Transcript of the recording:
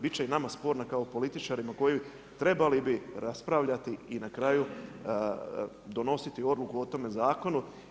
Bit će i nama sporna kao političarima koji trebali bi raspravljati i na kraju donositi odluku o tome zakonu.